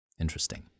Interesting